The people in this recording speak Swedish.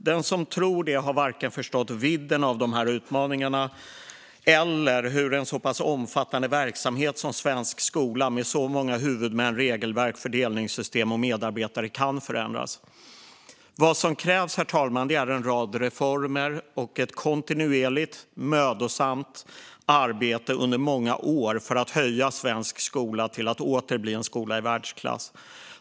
Den som tror det har varken förstått vidden av utmaningarna eller hur en så pass omfattande verksamhet som svensk skola med så många huvudmän, regelverk, fördelningssystem och medarbetare kan förändras. Vad som krävs är en rad reformer och ett kontinuerligt, mödosamt arbete under många år för att höja svensk skola till att åter bli en skola i världsklass.